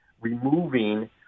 removing